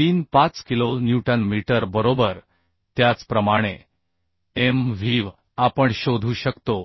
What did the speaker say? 35 kilo newton metre बरोबर त्याचप्रमाणे Mvv आपण शोधू शकतो